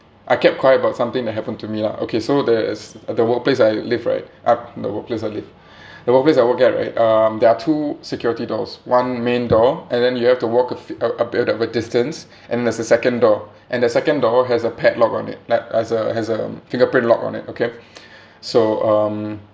I kept quiet about something that happened to me lah okay so there is the workplace I live right uh the workplace I live the workplace I work at right um there are two security doors one main door and then you have to walk a f~ a a bit of a distance and there's a second door and the second door has a padlock on it like has a has a fingerprint lock on it okay so um